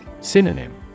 Synonym